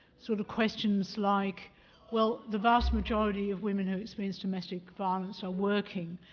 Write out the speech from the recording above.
sort of questions like well, the vast majority of women who experience domestic violence are working.